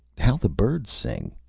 how the birds sing!